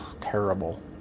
terrible